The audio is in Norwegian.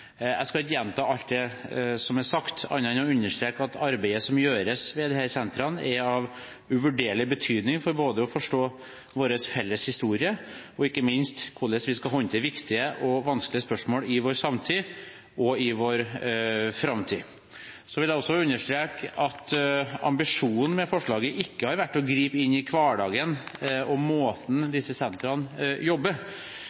Jeg skal ikke gjenta alt det som er sagt, annet enn å understreke at arbeidet som gjøres ved disse sentrene, er av uvurderlig betydning, både for å forstå vår felles historie og ikke minst for hvordan vi skal håndtere viktige og vanskelige spørsmål i vår samtid – og i vår framtid. Jeg vil også understreke at ambisjonen med forslaget ikke har vært å gripe inn i hverdagen og måten disse sentrene jobber